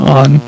on